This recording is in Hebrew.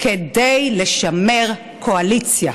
כדי לשמר קואליציה.